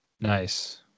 Nice